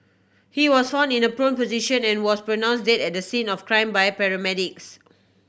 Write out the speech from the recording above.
he was found in a prone position and was pronounce dead at the scene of crime by paramedics